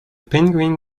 penguin